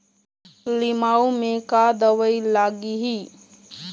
लिमाऊ मे का दवई लागिही?